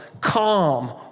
calm